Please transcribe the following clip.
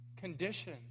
condition